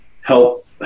help